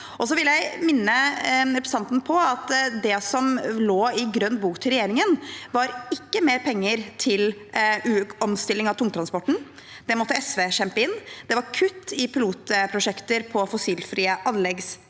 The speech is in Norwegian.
Jeg vil minne representanten på at det som lå i grønn bok fra regjeringen, ikke var mer penger til omstilling av tungtransporten – det måtte SV kjempe inn. Det var kutt i pilotprosjekter på fossilfrie anleggsplasser,